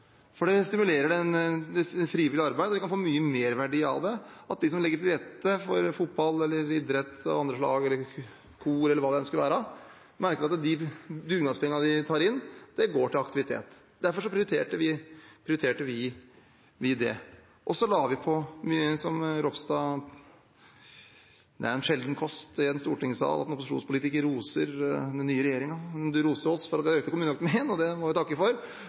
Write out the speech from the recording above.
for det stimulerer det frivillige arbeidet. En kan få mye merverdi av at de som legger til rette for fotball eller idrett av andre slag eller kor eller hva det skulle være, merker at dugnadspengene de tar inn, går til aktivitet. Derfor prioriterte vi det. Og så la vi på, som representanten Ropstad sa – det er sjelden kost i en stortingssal at en opposisjonspolitiker roser den nye regjeringen, men han roste oss for å øke kommuneøkonomien, og det må jeg takke for.